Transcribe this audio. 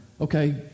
Okay